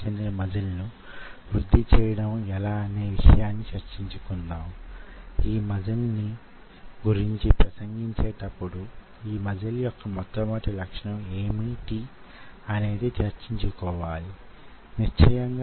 అందుకు యీ వారం వొక్కొకటి 20 నుండి 21 నిమిషాలు పట్టే అనేకమైన చిన్న చిన్న విడి భాగాలు వొక పథకం ప్రకారం తయారు చేశాను